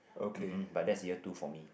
um hmm but that's year two for me